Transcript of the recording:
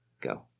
go